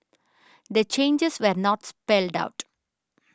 the changes were not spelled out